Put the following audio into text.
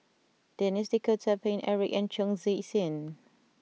Denis D'Cotta Paine Eric and Chong Tze Chien